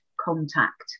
contact